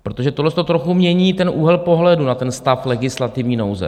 Protože tohle trochu mění ten úhel pohledu na ten stav legislativní nouze.